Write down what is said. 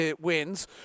wins